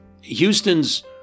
Houston's